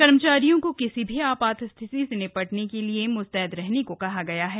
कर्मचारियों को किसी भी आपात स्थित से निपटने के लिए म्स्तैद रहने को कहा गया है